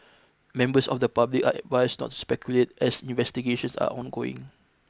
members of the public are advised not to speculate as investigations are ongoing